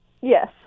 Yes